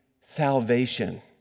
salvation